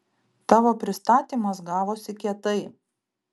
tavo pristatymas gavosi kietai